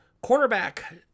quarterback